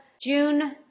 June